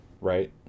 Right